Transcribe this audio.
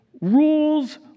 rules